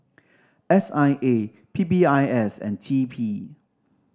S I A P P I S and T P